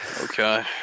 Okay